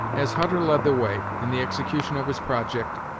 as hutter led the way, in the execution of his project,